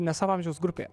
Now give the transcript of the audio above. ne savo amžiaus grupėje